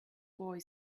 boy